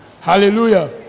Hallelujah